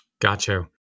Gotcha